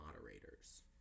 moderators